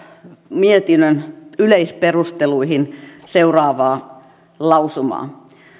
mietinnön yleisperusteluihin seuraavaa lausumaa